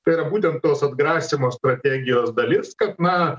tai yra būtent tos atgrasymo strategijos dalis kad na